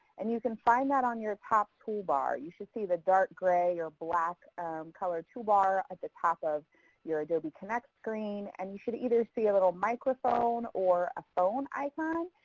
and you can find that on your top toolbar. you should see the dark gray or black color toolbar at the top of your adobe connect screen and you should either see a little microphone or a phone icon.